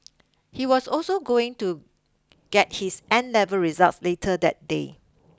he was also going to get his N Level results later that day